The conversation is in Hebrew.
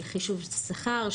של חישוב שכר,